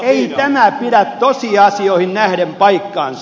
ei tämä pidä tosiasioihin nähden paikkaansa